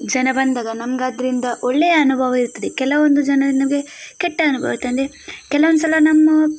ಜನ ಬಂದಾಗ ನಮಗದ್ರಿಂದ ಒಳ್ಳೆಯ ಅನುಭವ ಇರ್ತದೆ ಕೆಲವೊಂದು ಜನ ನಮಗೆ ಕೆಟ್ಟ ಅನುಭವ ತಂದರೆ ಕೆಲವೊಂದು ಸಲ ನಮ್ಮ